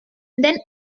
then